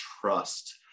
trust